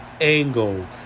angle